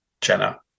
Jenna